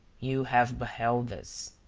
you have beheld this,